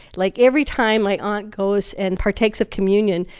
like, every time my aunt goes and partakes of communion,